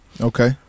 Okay